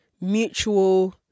mutual